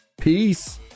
peace